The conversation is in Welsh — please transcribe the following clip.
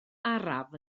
araf